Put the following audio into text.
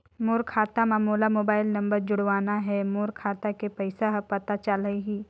मोर खाता मां मोला मोबाइल नंबर जोड़वाना हे मोर खाता के पइसा ह पता चलाही?